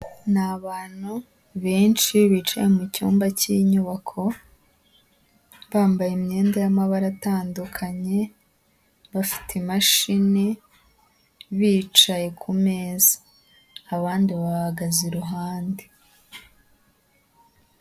Ni abantu benshi bicaye mu cyumba cy'inyubako bambaye imyenda y'amabara atandukanye, bafite imashini bicaye kumeza abandi bahagaze iruhande.